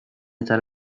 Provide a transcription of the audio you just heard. eta